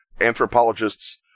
anthropologists